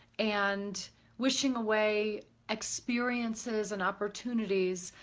and wishing away experiences and opportunities,